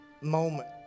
moment